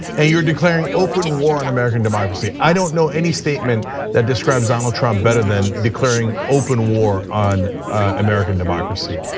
and you're declaring open war on american democracy. i don't know any statement that describes donald trump better than declaring open war on american democracy.